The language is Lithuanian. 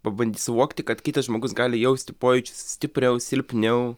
pabandyt suvokti kad kitas žmogus gali jausti pojūčius stipriau silpniau